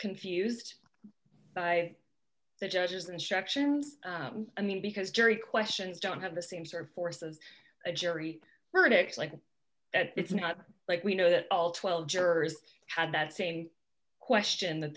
confused by the judge's instructions i mean because jury questions don't have the same sort of force of a jury verdict like that it's not like we know that all twelve jurors had that same question that